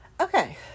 Okay